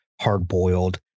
hard-boiled